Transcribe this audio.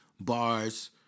bars